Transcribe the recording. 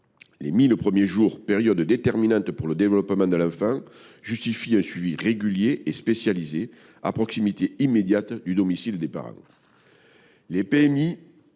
Les mille premiers jours, période déterminante pour le développement de l’enfant, justifient un suivi régulier et spécialisé à proximité immédiate du domicile des parents ; les PMI